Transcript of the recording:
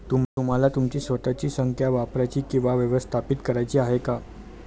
तुम्हाला तुमची स्वतःची संख्या वापरायची किंवा व्यवस्थापित करायची आहे का?